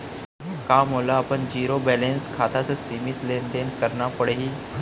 का मोला अपन जीरो बैलेंस खाता से सीमित लेनदेन करना पड़हि?